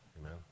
Amen